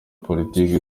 politiki